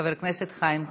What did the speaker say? חבר הכנסת חיים כץ.